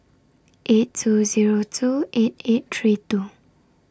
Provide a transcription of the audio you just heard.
eight two Zero two eight eight three two